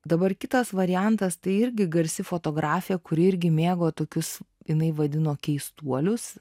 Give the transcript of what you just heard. dabar kitas variantas tai irgi garsi fotografė kuri irgi mėgo tokius jinai vadino keistuolius